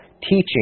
teaching